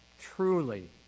truly